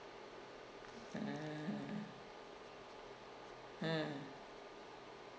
mm hmm